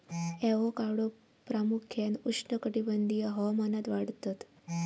avocado प्रामुख्यान उष्णकटिबंधीय हवामानात वाढतत